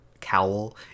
cowl